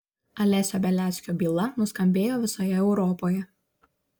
alesio beliackio byla nuskambėjo visoje europoje